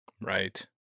right